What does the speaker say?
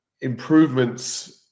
improvements